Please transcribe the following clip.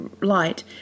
light